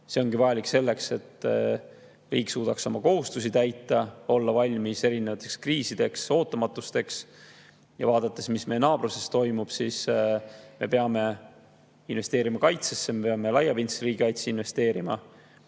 See ongi vajalik selleks, et riik suudaks oma kohustusi täita, olla valmis erinevateks kriisideks, ootamatusteks. Vaadates, mis meie naabruses toimub, me peame investeerima kaitsesse, me peame laiapindsesse riigikaitsesse investeerima.